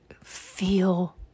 Feel